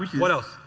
what else?